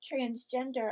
transgender